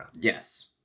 yes